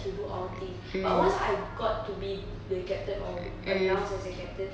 to do all thing but once I got to be the captain or announced as the captain